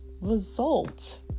result